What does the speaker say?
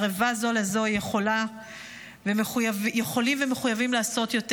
וערבה זו לזו יכולים ומחויבים לעשות יותר.